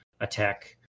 attack